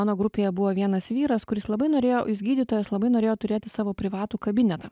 mano grupėje buvo vienas vyras kuris labai norėjo jis gydytojas labai norėjo turėti savo privatų kabinetą